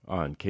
on